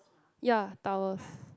ya towers